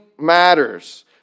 matters